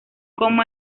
como